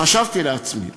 חשבתי לעצמי,